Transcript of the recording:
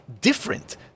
different